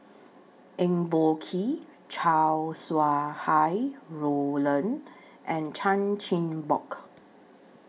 Eng Boh Kee Chow Sau Hai Roland and Chan Chin Bock